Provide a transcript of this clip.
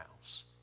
house